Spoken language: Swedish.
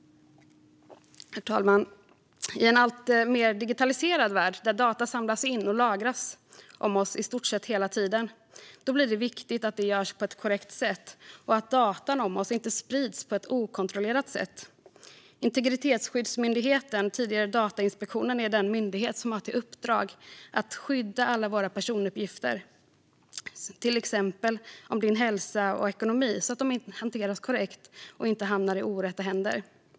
Herr talman! I en alltmer digitaliserad värld, där data om oss samlas in och lagras i stort sett hela tiden, blir det viktigt att det görs på ett korrekt sätt och att data om oss inte sprids på ett okontrollerat sätt. Integritetsskyddsmyndigheten, tidigare Datainspektionen, är den myndighet som har i uppdrag att skydda alla våra personuppgifter, till exempel om hälsa och ekonomi, så att de hanteras korrekt och inte hamnar i orätta händer.